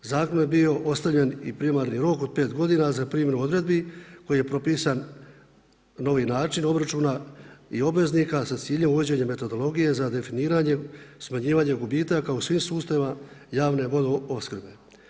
Zakon je bio ostavljen i primarni rok od 5 g. za primjedbu odredbi, koji je propisan na novi način obračuna i obveznika sa ciljem uvođenje metodologije za definiranjem, smanjivanjem gubitaka u svim sustavima javne vodoopskrbe.